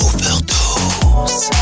Overdose